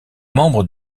membres